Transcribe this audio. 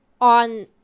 on